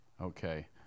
Okay